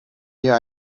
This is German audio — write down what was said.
hier